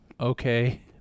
okay